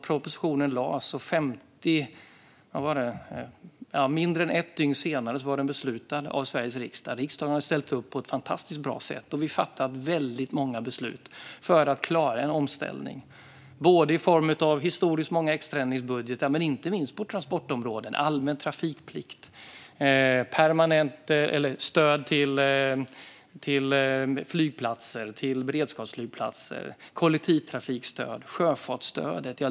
Propositionen lades fram, och mindre än ett dygn senare beslutades det om den av Sveriges riksdag. Riksdagen har ställt upp på ett fantastiskt bra sätt. Vi har fattat väldigt många beslut för att klara en omställning. Det har varit i form av historiskt många extraändringsbudgetar inte minst på transportområdet. Det har gällt allmän trafikplikt, stöd till flygplatser och beredskapsflygplatser, kollektivtrafikstöd och sjöfartsstödet.